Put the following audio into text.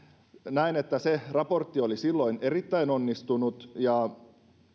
näen että se raportti oli silloin erittäin onnistunut ja